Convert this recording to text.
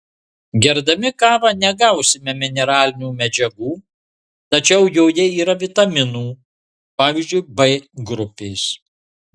gerdami kavą negausime mineralinių medžiagų tačiau joje yra vitaminų pavyzdžiui b grupės